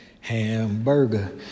hamburger